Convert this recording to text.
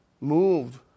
moved